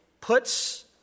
puts